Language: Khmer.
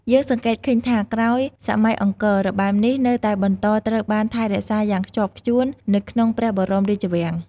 យើងសង្កេតឃើញថា ក្រោយសម័យអង្គរ របាំនេះនៅតែបន្តត្រូវបានថែរក្សាយ៉ាងខ្ជាប់ខ្ជួននៅក្នុងព្រះបរមរាជវាំង។